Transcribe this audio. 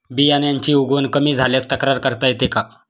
बियाण्यांची उगवण कमी झाल्यास तक्रार करता येते का?